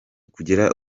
kugera